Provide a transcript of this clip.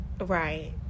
Right